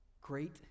Great